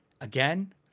again